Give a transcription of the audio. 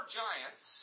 giants